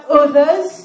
others